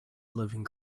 living